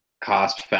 cost